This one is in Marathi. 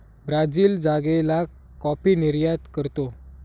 ब्राझील जागेला कॉफी निर्यात करतो